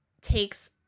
takes